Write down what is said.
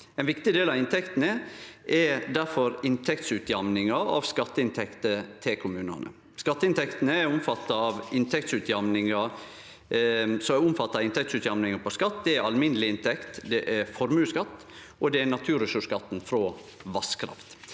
Ein viktig del av inntektene er difor inntektsutjamninga av skatteinntektene til kommunane. Skatteinntekter som er omfatta av inntektsutjamninga, er skatt på alminneleg inntekt, formuesskatt og naturressursskatt frå vasskraft.